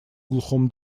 глухом